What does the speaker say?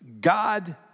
God